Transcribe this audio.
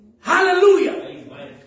Hallelujah